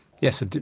yes